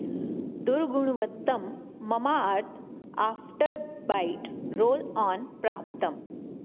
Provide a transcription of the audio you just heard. दुर्गुणवत्तं मम आर्त् आफ़्टर् बैट् रोल् आन् प्राप्तम्